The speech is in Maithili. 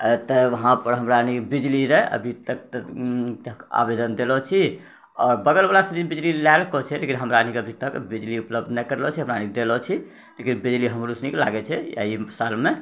तऽ वहाँपर हमराअनी बिजली रऽ तऽ आवेदन देलो छी आओर बगलवला सब बिजली लाए लेलो छै लेकिन हमराअनीके अभीतक बिजली उपलब्ध नहि करलो छै हमराअनी देलो छी किएक कि बिजली हमरोसुनीके लागै छै अइ सालमे